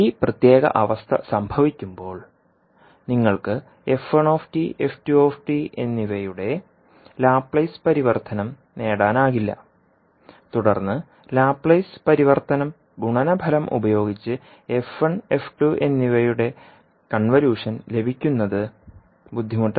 ഈ പ്രത്യേക അവസ്ഥ സംഭവിക്കുമ്പോൾ നിങ്ങൾക്ക് എന്നിവയുടെ ലാപ്ലേസ് പരിവർത്തനം നേടാനാകില്ല തുടർന്ന് ലാപ്ലേസ് പരിവർത്തനം ഗുണനഫലം ഉപയോഗിച്ച് f1f2 എന്നിവയുടെ കൺവല്യൂഷൻ ലഭിക്കുന്നത് ബുദ്ധിമുട്ടാണ്